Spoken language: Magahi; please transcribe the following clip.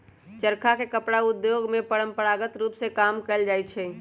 चरखा से कपड़ा उद्योग में परंपरागत रूप में काम कएल जाइ छै